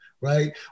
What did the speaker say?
right